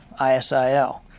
ISIL